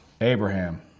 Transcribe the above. Abraham